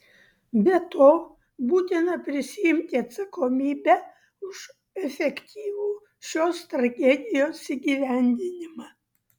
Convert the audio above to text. be to būtina prisiimti atsakomybę už efektyvų šios strategijos įgyvendinimą